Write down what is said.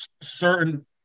certain